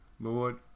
Lord